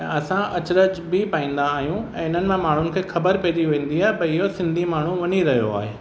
ऐं असां अचरज बि पाईंदा आहियूं ऐं हिननि मां माण्हुनि खे ख़बर पइजी वेंदी आहे भई इहो सिंधी माण्हू वञी रहियो आहे